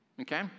Okay